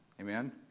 Amen